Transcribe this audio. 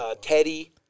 Teddy